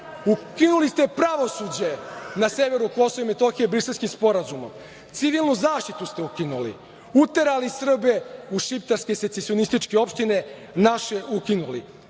Ukinuli ste pravosuđe na severu Kosova i Metohije Briselskim sporazumom. Civilnu zaštitu ste ukinuli, uterali Srbe u šiptarske secesionističke opštine, naše ukinuli.